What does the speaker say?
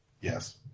Yes